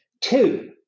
Two